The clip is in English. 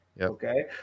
Okay